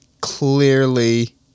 clearly